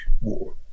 war